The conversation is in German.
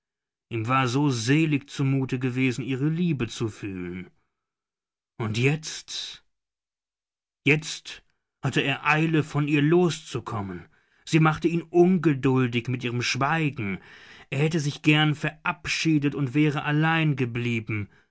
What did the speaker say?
ihm war so selig zumute gewesen ihre liebe zu fühlen und jetzt jetzt hatte er eile von ihr loszukommen sie machte ihn ungeduldig mit ihrem schweigen er hätte sich gern verabschiedet und wäre allein geblieben